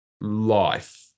life